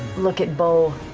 look at beau,